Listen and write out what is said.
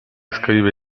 scrive